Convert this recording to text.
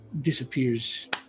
disappears